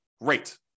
great